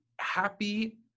Happy